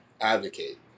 advocate